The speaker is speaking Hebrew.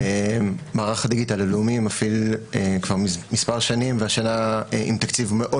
מערך הדיגיטל הלאומי מפעיל כבר מספר שנים והשנה עם תקציב מאוד